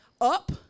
Up